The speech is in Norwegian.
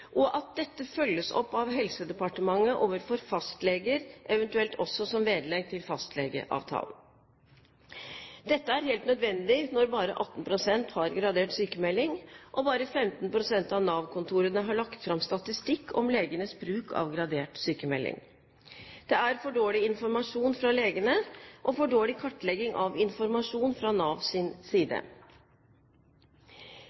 og at dette følges opp av Helsedepartementet overfor fastleger eventuelt ved tillegg i fastlegeavtalen. Dette er helt nødvendig når bare 18 pst. har gradert sykmelding, og bare 15 pst. av Nav-kontorene har lagt fram statistikk om legenes bruk av gradert sykmelding. Det er for dårlig informasjon fra legene og for dårlig kartlegging av informasjon fra Navs side.